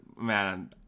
man